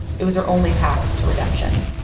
it was her only path to redemption.